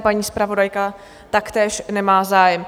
Paní zpravodajka taktéž nemá zájem.